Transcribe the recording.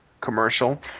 commercial